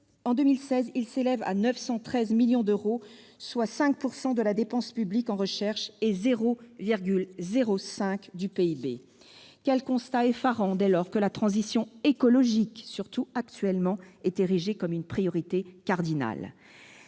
En 2016, il s'élevait à 913 millions d'euros, soit 5 % de la dépense publique en recherche et 0,05 % du PIB ! Quel constat effarant, dès lors que la transition écologique- surtout actuellement -est érigée en priorité cardinale.